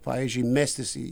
pavyzdžiui mestis į